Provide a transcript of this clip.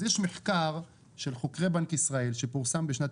אז יש מחקר של חוקרי בנק ישראל שפורסם בשנת